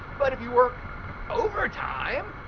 but if you work overtime.